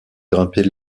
grimper